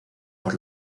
por